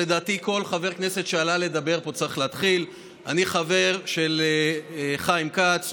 שלדעתי כל חבר כנסת שעלה לדבר פה צריך להתחיל בו: אני חבר של חיים כץ,